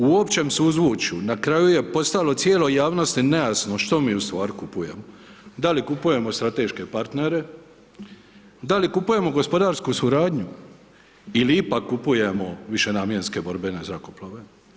U općem suzvučju na kraju je postalo cijeloj javnosti nejasno što mi ustvari kupujemo, da li kupujemo strateške partnere, da li kupujemo gospodarsku suradnju ili ipak kupujemo višenamjenske borbene zrakoplove.